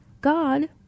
God